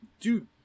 dude